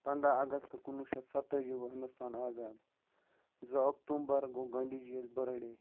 پنٛداہ اَگستہٕ کُنوُہ شَتھ سَتہٕ تٲجی گوٚو ہِندُستان آزاد زٕ اکتوبر گوٚو گاندھی جی یَس بٔرٕڈے